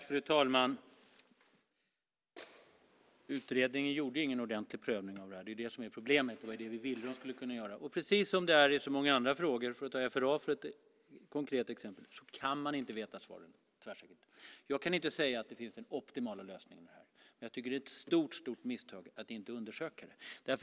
Fru talman! Utredningen gjorde ingen ordentlig prövning av det här. Det är det som är problemet. Vi ville att de skulle kunna göra det. Precis som i så många andra frågor - låt mig ta FRA som ett konkret exempel - kan man inte veta svaret. Jag kan inte säga att det finns en optimal lösning, men jag tycker att det är ett stort misstag att inte undersöka det.